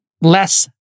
less